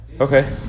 Okay